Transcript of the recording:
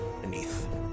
beneath